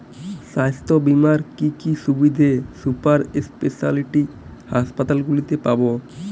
স্বাস্থ্য বীমার কি কি সুবিধে সুপার স্পেশালিটি হাসপাতালগুলিতে পাব?